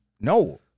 No